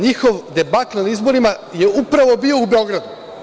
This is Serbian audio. Njihov debakl na izborima je upravo bio u Beogradu.